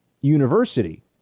University